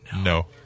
No